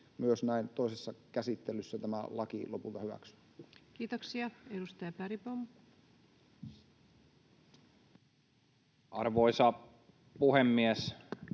myös näin toisessa käsittelyssä tämä laki lopulta hyväksyä. Kiitoksia. — Edustaja Bergbom. Arvoisa puhemies!